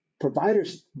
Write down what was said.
providers